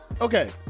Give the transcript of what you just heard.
okay